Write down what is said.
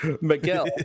miguel